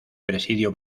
presidio